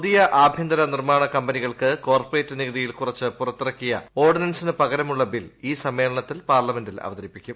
പുതിയ ആഭ്യന്തര നിർമ്മാണ കമ്പനികൾക്ക് കോർപറേറ്റ് നികുതിയിൽ കുറച്ച് പുറത്തിറക്കിയ ഓർഡിനൻസിന് പകരമുള്ള ബിൽ ഈ സമ്മേളനത്തിൽ പാർലമെന്റിൽ അവതരിപ്പിക്കും